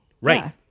right